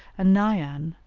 and naian,